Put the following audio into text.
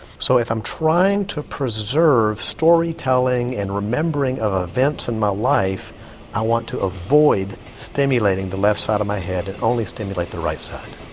so if i'm trying to preserve storytelling and remembering of events in my life i want to avoid stimulating the left side of my head, and only stimulate the right side.